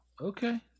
Okay